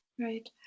right